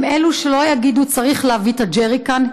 הם אלה שלא שיגידו: צריך להביא את הג'ריקן,